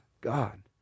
God